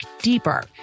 deeper